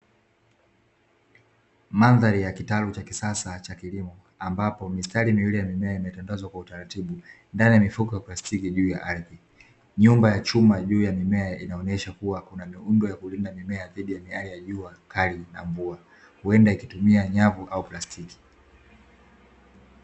Mandhari ya kitalu cha kisasa cha kilimo, ambapo mistari miwili ya mimea imetandazwa kwa utaratibu, ndani ya mifuko ya plastiki juu ya ardhi. Nyumba ya chuma juu ya mimea, inaonyesha kuwa kuna miundo ya kulinda mimea dhidi ya miale ya jua kali na mvua, huenda ikitumia nyavu au plasitiki.